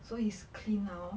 so he's clean now